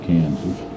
Kansas